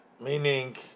Meaning